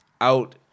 out